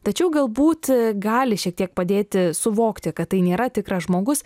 tačiau galbūt gali šiek tiek padėti suvokti kad tai nėra tikras žmogus